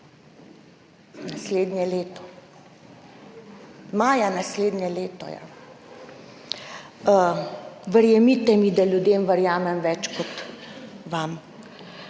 naslednje leto. Maja naslednje leto. Verjemite mi, da ljudem verjamem bolj kot vam.